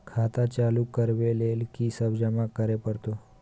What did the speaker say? खाता चालू करबै लेल की सब जमा करै परतै?